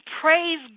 praise